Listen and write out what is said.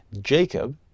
Jacob